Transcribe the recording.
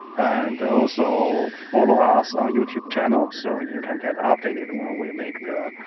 and also, follow us on youtube channel so you can get updated when we make the